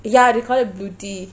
ya they call it blue tea